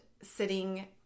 sitting